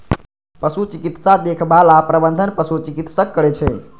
पशु चिकित्सा देखभाल आ प्रबंधन पशु चिकित्सक करै छै